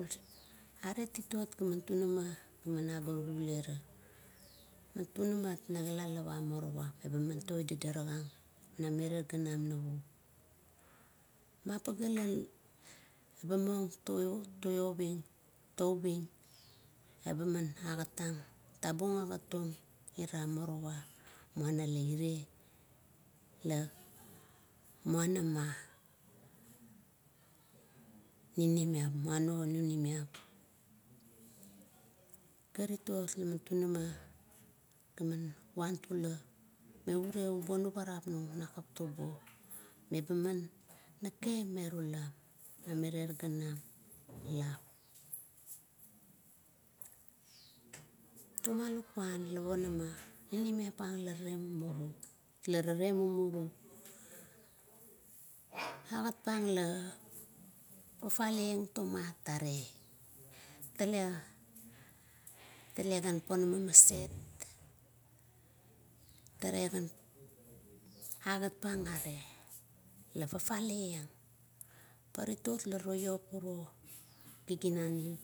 A aret titot gaman tunam, ma ab obirara. Man tunamat na kilalap a morowa me ba man goidadarakang namire ganam navup. Ma pagea la eba muong to, oving eba man agat tang, tabung agatung ira morowa, muana iret la muanam muano ninimiap. Karukan man tunama, man wantula me ubo nuvarap nung nakap to buo, eba man nakeme ruram. Mamirier ganam lap. Toma lukuan la ponama, mamavang la rale ume bet la rale mumu, gat pang la fafalaengit tomat are, tale tale gan ponama mast, taregan gat pang are la fafaleang. Pa ritot la toiap uro giginanim